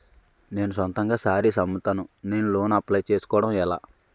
నేను సొంతంగా శారీస్ అమ్ముతాడ, నేను లోన్ అప్లయ్ చేసుకోవడం ఎలా?